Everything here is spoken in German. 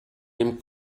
dem